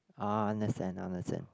ah understand understand